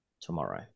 tomorrow